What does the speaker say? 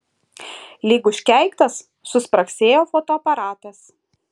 lyg užkeiktas suspragsėjo fotoaparatas